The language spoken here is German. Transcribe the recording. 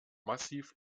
massiv